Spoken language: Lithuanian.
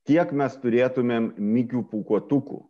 tiek mes turėtumėm mikių pūkuotukų